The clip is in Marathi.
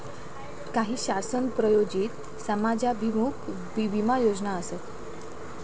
काही शासन प्रायोजित समाजाभिमुख विमा योजना आसत